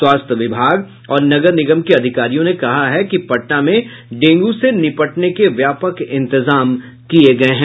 स्वास्थ्य विभाग और नगर निगम के अधिकारियों ने कहा है कि पटना में डेंगू से निपटने के व्यापक इंतजाम किये गये हैं